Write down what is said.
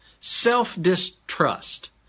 self-distrust